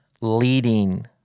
leading